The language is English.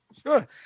Sure